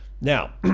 Now